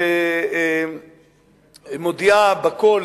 שמודיעה בקול: